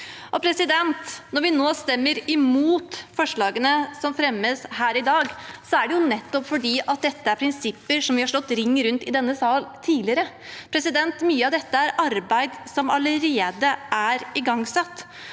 Når vi nå stemmer imot forslagene som fremmes her i dag, er det nettopp fordi dette er prinsipper som vi har slått ring rundt i denne salen tidligere, og mye av dette er ar